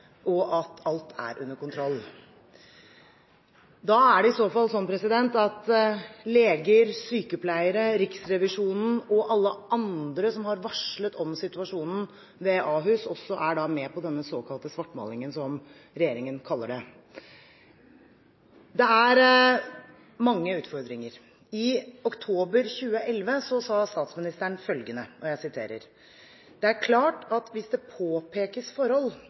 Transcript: og at alt er under kontroll. I så fall er det sånn at leger, sykepleiere, Riksrevisjonen og alle andre som har varslet om situasjonen ved Ahus, også er med på denne såkalte svartmalingen, som regjeringen kaller det. Det er mange utfordringer. I oktober 2011 sa statsministeren følgende: «Det er klart at hvis det påpekes forhold